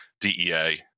DEA